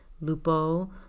Lupo